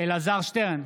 אלעזר שטרן,